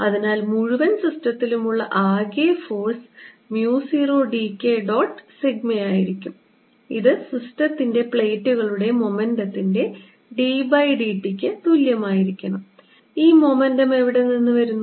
അതിനാൽ മുഴുവൻ സിസ്റ്റത്തിലുമുള്ള ആകെ force mu 0 d K dot sigma ആയിരിക്കും ഇത് സിസ്റ്റത്തിന്റെ പ്ലേറ്റുകളുടെ മൊമെന്റത്തിൻറെ d by d t ക്ക് തുല്യമായിരിക്കണം ഈ മൊമെന്റം എവിടെ നിന്ന് വരുന്നു